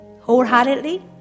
wholeheartedly